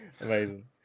Amazing